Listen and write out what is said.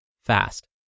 fast